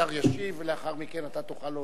השר ישיב ולאחר מכן אתה תוכל להוסיף.